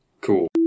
Cool